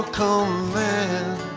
command